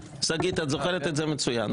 שגית, את זוכרת את זה מצוין.